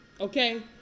Okay